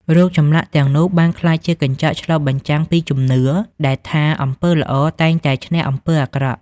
រូបចម្លាក់ទាំងនោះបានក្លាយជាកញ្ចក់ឆ្លុះបញ្ចាំងពីជំនឿ ដែលថាអំពើល្អតែងតែឈ្នះអំពើអាក្រក់។